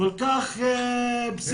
כל כך פסיכי,